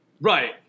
Right